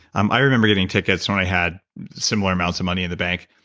um i remember getting tickets when i had similar amounts of money in the bank.